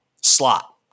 slot